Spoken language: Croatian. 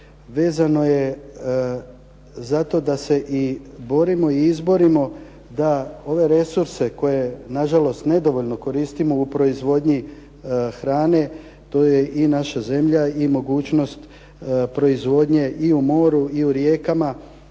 vezano je za to da se i borimo i izborimo da ove resurse koje nažalost nedovoljno koristimo u proizvodnji hrane, to je i naša zemlja i mogućnost proizvodnje i u moru i u rijekama